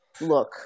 look